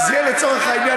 זה לצורך העניין,